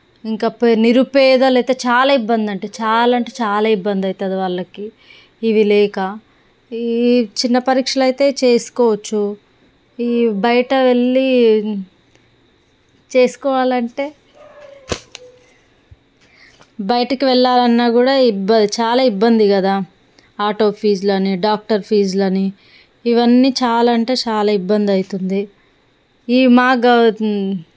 ఇంకా ప నిరుపేదలైతే చాలా ఇబ్బంది అవుతుంది చాలా అంటే చాలా ఇబ్బంది అవుతుంది వాళ్ళకి ఇవి లేక ఈ చిన్న పరీక్షలు అయితే చేసుకోవచ్చు ఈ బయట వెళ్ళి చేసుకోవాలంటే బయటకు వెళ్ళలన్నా కూడా ఇబ్ చాలా ఇబ్బంది కదా ఆటో ఫీజులు అని డాక్టర్ ఫీజులు అని ఇవన్నీ చాలా అంటే చాలా ఇబ్బంది అవుతుంది ఈ మా గవర్